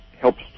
helps